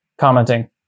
commenting